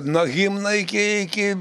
nuo himno iki iki